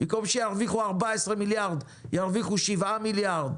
במקום שירוויחו 14 מיליארד, ירוויחו 7 מיליארד.